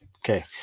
Okay